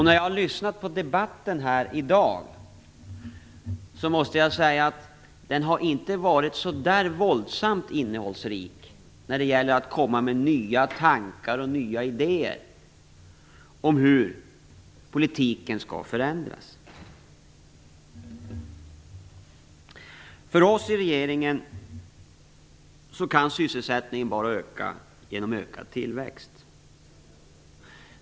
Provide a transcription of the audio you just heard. När jag har lyssnat på debatten här i dag tycker jag inte att den har varit så där våldsamt innehållsrik när det gäller att komma med nya tankar och nya idéer om hur politiken skall förändras. För oss i regeringen kan sysselsättningen bara öka genom ökad tillväxt.